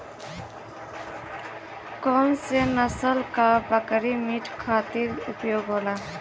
कौन से नसल क बकरी मीट खातिर उपयोग होली?